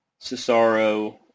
Cesaro